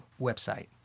website